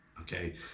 Okay